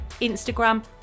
Instagram